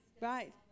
right